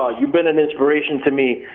ah you've been an inspiration to me,